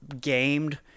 gamed